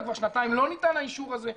וכבר שנתיים לא ניתן האישור הזה.